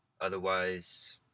Otherwise